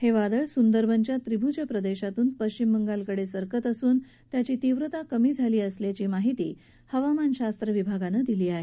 हे वादळ सुंदरबनच्या त्रिभूज प्रदेशातून पबिमबंगालकडे सरकत असून त्याची तीव्रता कमी झाली असल्याची माहिती हवामान शास्त्र विभागानं दिली आहे